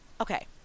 okay